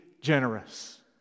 generous